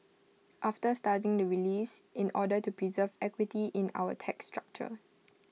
after studying the reliefs in order to preserve equity in our tax structure